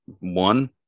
One